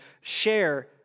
share